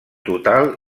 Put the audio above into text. total